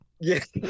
Yes